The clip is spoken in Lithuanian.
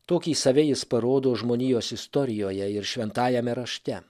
tokį save jis parodo žmonijos istorijoje ir šventajame rašte